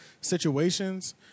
situations